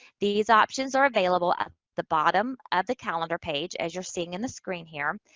these options are available at the bottom of the calendar page, as you're seeing in the screen here.